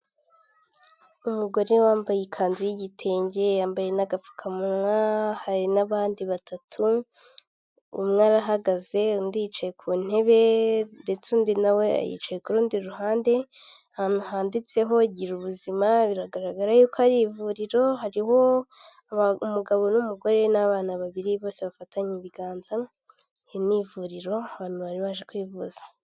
Umugore wambaye ikanzu y'igitenge yambaye n'agapfukamunwa hari n'abandi batatu umwearahagaze undi yicaye ku ntebe ndetse undi nawe ayicaye ku rundi ruhande ahantu handitseho gira ubuzima biragaragara yuko ari ivuriro hariho umugabo n'umugore n'abana babiri bose bafatanye ibiganza hari n'ivuriro abantu bari baje kwivuza.